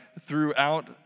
throughout